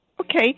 Okay